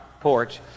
porch